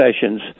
sessions